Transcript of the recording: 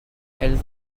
elles